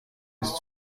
bis